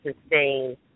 sustain